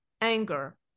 anger